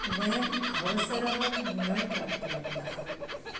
वयम् अवसरः न प्राप्तवन्तः